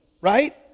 right